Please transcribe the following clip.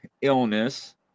illness